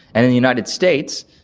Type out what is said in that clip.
and in the united states,